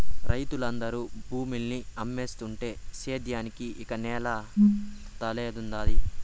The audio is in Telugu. రైతులందరూ భూముల్ని అమ్మేస్తుంటే సేద్యానికి ఇక నేల తల్లేడుండాది